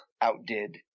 outdid